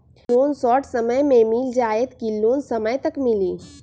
Loan short समय मे मिल जाएत कि लोन समय तक मिली?